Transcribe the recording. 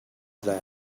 that